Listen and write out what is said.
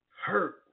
hurt